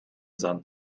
sand